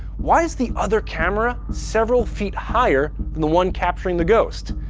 why is the other camera several feet higher than the one capturing the ghost?